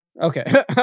okay